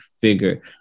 figure